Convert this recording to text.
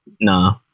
Nah